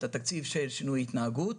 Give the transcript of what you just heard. את התקציב של שינוי התנהגות